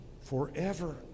forever